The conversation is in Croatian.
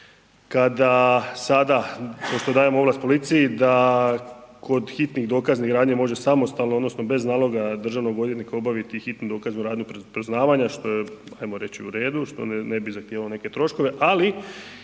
kada sada pošto dajemo ovlast policiji da kod hitnih dokaznih radnji može samostalno odnosno bez naloga državnog odvjetnika obaviti hitnu dokaznu radnju poznavanja što je ajmo reći uredu, što ne bi zahtijevalo neke troškove, ali